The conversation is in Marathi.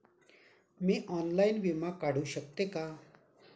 मी ऑनलाइन विमा काढू शकते का?